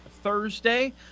Thursday